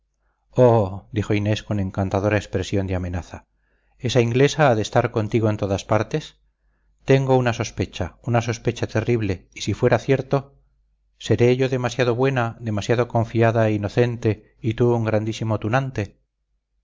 dijo inés con encantadora expresión de amenaza esa inglesa ha de estar contigo en todas partes tengo una sospecha una sospecha terrible y si fuera cierto seré yo demasiado buena demasiado confiada e inocente y tú un grandísimo tunante